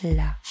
la